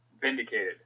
vindicated